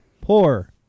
Poor